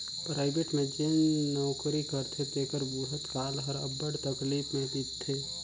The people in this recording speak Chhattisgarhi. पराइबेट में जेन नउकरी करथे तेकर बुढ़त काल हर अब्बड़ तकलीफ में बीतथे